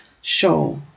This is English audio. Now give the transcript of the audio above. show